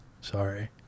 Sorry